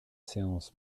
séance